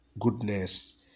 goodness